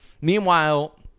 Meanwhile